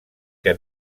què